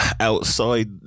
outside